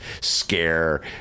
scare